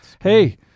Hey